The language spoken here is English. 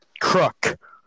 crook